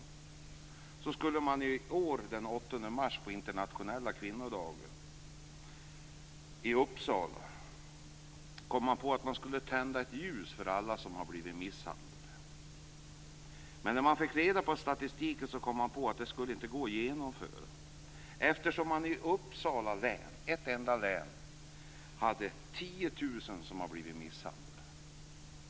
Jag fick då reda på att man i år den 8 mars, den internationella kvinnodagen, i Uppsala hade planerat att tända ett ljus för alla som hade blivit misshandlade. Men när man fick reda på statistiken kom man på att det inte skulle gå att genomföra, eftersom det i Uppsala län - ett enda län - var 10 000 som hade blivit misshandlade.